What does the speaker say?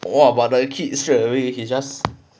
!wah! but the kid straight away he just